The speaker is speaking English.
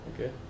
Okay